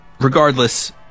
regardless